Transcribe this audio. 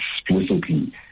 explicitly